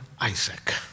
Isaac